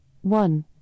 One